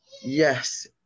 yes